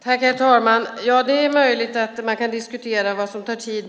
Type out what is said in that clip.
Herr talman! Det är möjligt att man kan diskutera vad som tar tid.